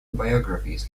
biographies